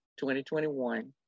2021